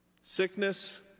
sickness